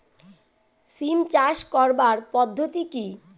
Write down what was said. সিম চাষ করার পদ্ধতি কী?